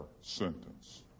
sentence